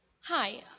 Hi